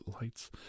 lights